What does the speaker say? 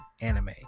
anime